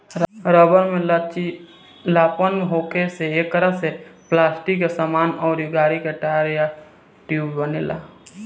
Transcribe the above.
rubber में लचीलापन होखे से एकरा से पलास्टिक के सामान अउर गाड़ी के टायर आ ट्यूब बनेला